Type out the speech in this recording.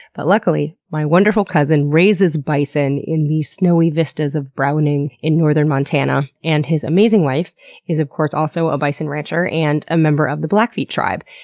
but luckily my wonderful cousin raises bison in the snowy vistas of browning in northern montana, and his amazing wife is of course also a bison rancher and a member of the blackfeet tribe.